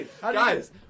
Guys